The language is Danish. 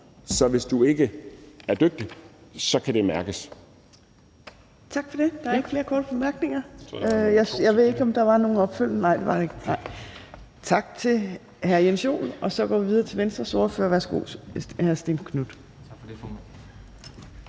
at hvis du ikke er dygtig, kan det mærkes.